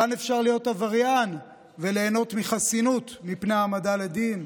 כאן אפשר להיות עבריין וליהנות מחסינות מפני העמדה לדין.